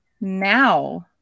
now